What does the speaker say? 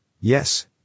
yes